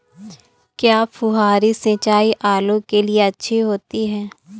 क्या फुहारी सिंचाई आलू के लिए अच्छी होती है?